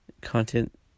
content